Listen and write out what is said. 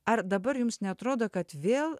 ar dabar jums neatrodo kad vėl